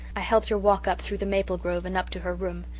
i helped her walk up through the maple grove and up to her room,